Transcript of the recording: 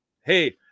hey